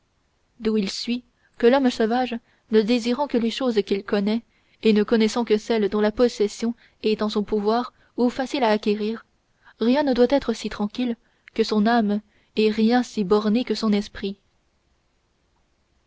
d'où il suit que l'homme sauvage ne désirant que les choses qu'il connaît et ne connaissant que celles dont la possession est en son pouvoir ou facile à acquérir rien ne doit être si tranquille que son âme et rien si borné que son esprit